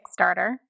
Kickstarter